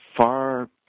far